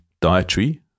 dietary